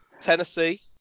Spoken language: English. Tennessee